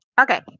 Okay